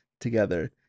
together